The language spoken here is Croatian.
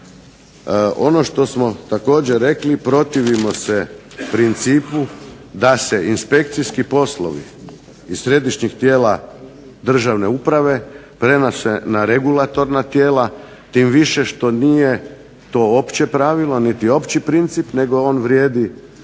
Ono što smo također rekli, protivimo se principu da se inspekcijski poslova iz središnjih tijela državne uprave prenose na regulatorna tijela tim više što nije to opće pravilo, niti opći princip nego on vrijedi